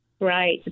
Right